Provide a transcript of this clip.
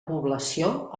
població